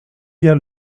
bien